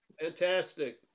fantastic